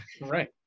right